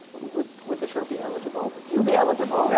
would would the show be eligible? would you be eligible? but